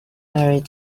married